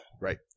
Right